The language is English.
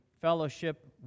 fellowship